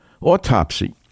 autopsy